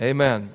Amen